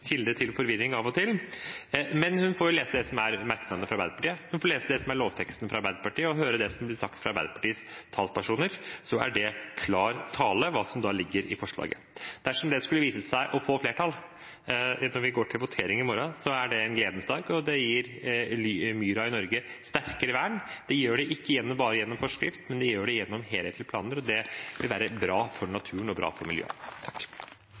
til forvirring av og til – men hun får lese det som står i merknadene fra Arbeiderpartiet, hun får lese det som er forslaget til lovtekst fra Arbeiderpartiet, og høre det som blir sagt fra Arbeiderpartiets talspersoner. Da er det klar tale hva som ligger i forslaget. Dersom det skulle vise seg å få flertall når vi går til votering i morgen, er det en gledens dag, og det gir myra i Norge sterkere vern – ikke bare gjennom forskrift, men gjennom helhetlige planer, og det vil være bra for naturen og bra for miljøet.